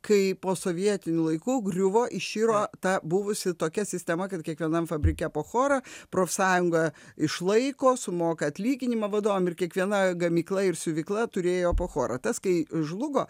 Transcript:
kai po sovietinių laikų griuvo iširo ta buvusi tokia sistema kad kiekvienam fabrike po chorą profsąjunga išlaiko sumoka atlyginimą vadovam ir kiekviena gamykla ir siuvykla turėjo po choro tas kai žlugo